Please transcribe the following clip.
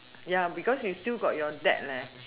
ya because you still got your deck leh